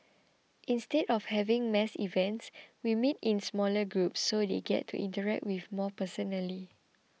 instead of having mass events we meet in smaller groups so they get to interact with more personally